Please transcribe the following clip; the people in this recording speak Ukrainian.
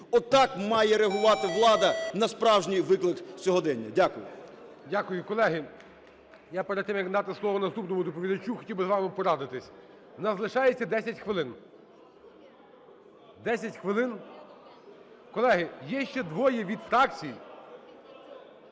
Отак має реагувати влада на справжній виклик сьогодення. Дякую. ГОЛОВУЮЧИЙ. Дякую. Колеги, я перед тим, як надати слово наступному доповідачу, хотів би з вами порадитись. У нас лишається 10 хвилин, 10 хвилин. Колеги, є ще двоє від фракцій.